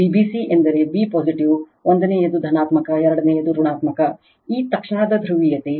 Vbc ಎಂದರೆ b positive ಒಂದನೆಯದು ಧನಾತ್ಮಕ ಎರಡನೆಯದು ಋಣಾತ್ಮಕ ಈ ತಕ್ಷಣದ ಧ್ರುವೀಯತೆ